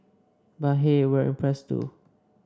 but hey we're impressed too